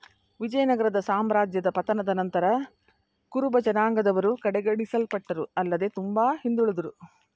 ವಿಜಯನಗರ ಸಾಮ್ರಾಜ್ಯದ ಪತನದ ನಂತರ ಕುರುಬಜನಾಂಗದವರು ಕಡೆಗಣಿಸಲ್ಪಟ್ಟರು ಆಲ್ಲದೆ ತುಂಬಾ ಹಿಂದುಳುದ್ರು